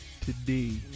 today